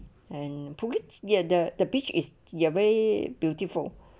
and bukit near the the beach is very beautiful